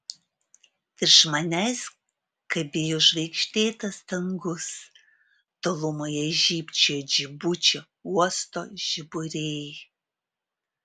virš manęs kabėjo žvaigždėtas dangus tolumoje žybčiojo džibučio uosto žiburiai